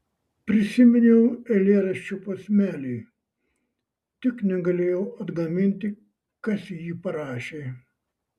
prisiminiau eilėraščio posmelį tik negalėjau atgaminti kas jį parašė